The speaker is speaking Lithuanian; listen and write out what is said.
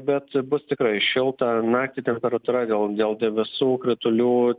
bet bus tikrai šilta naktį temperatūra gal dėl debesų kritulių